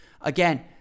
Again